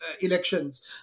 Elections